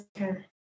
Okay